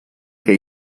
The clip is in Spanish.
que